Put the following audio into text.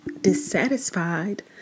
dissatisfied